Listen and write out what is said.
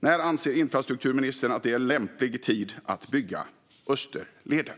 När anser infrastrukturministern att det är en lämplig tid att bygga Österleden?